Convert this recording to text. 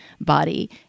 body